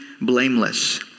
blameless